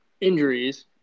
injuries